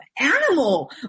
animal